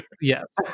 Yes